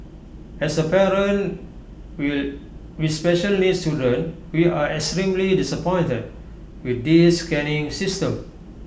as A parent with special needs children we are extremely disappointed with this scanning system